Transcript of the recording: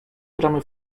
gramy